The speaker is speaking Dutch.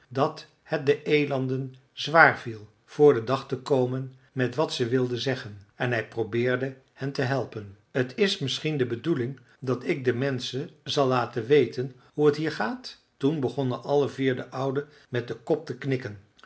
dat het de elanden zwaar viel voor den dag te komen met wat ze wilden zeggen en hij probeerde hen te helpen is t misschien de bedoeling dat ik de menschen zal laten weten hoe het hier gaat toen begonnen alle vier de ouden met den kop te knikken